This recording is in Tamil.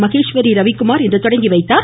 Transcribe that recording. மகேஸ்வரி ரவிக்குமார் இன்று தொடங்கி வைத்தார்